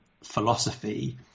philosophy